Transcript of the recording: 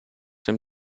dem